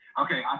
Okay